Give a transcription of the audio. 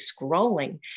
scrolling